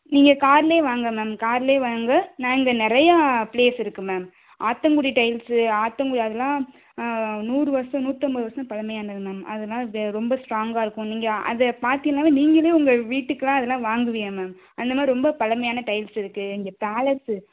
நீங்கள் கார்லயே வாங்க மேம் கார்லயே வாங்க நான் இங்கே நிறையா ப்ளேஸ் இருக்கு மேம் ஆத்தங்குடி டைல்ஸ்ஸு ஆத்தங்குடி அதெல்லாம் நூறு வருஷம் நூற்றம்பது வருஷம் பழமையானது மேம் அதெல்லாம் த ரொம்ப ஸ்ட்ராங்காக இருக்கும் நீங்கள் அதை பார்த்தியன்னாவே நீங்களே உங்கள் வீட்டுக்கெல்லாம் அதெல்லாம் வாங்குவீய மேம் அந்த மாதிரி ரொம்ப பழமையான டைல்ஸ்ஸு இருக்கு இங்கே பேலஸ்ஸு